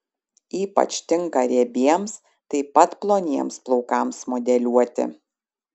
ypač tinka riebiems taip pat ploniems plaukams modeliuoti